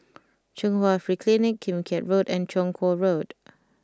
Chung Hwa Free Clinic Kim Keat Road and Chong Kuo Road